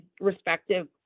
respective